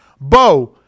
bo